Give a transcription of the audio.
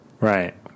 Right